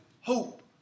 hope